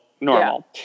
Normal